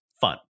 fun